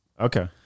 Okay